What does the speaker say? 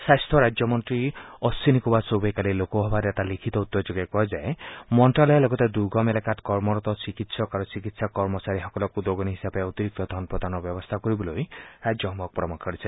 স্বাস্থ্য ৰাজ্য মন্ত্ৰী অথিনী কুমাৰ চৌবেই কালি লোকসভাত এটা লিখিত উত্তৰযোগে কয় যে মন্ত্যালয়ে লগতে দুৰ্গম এলেকাত কৰ্মৰত চিকিৎসক আৰু চিকিৎসা কৰ্মচাৰীসকলক উদগনি হিচাপে অতিৰিক্ত ধন প্ৰদানৰ ব্যৱস্থা কৰিবলৈ ৰাজ্যসমূহক পৰামৰ্শ দিছে